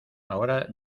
ahora